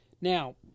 Now